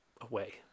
away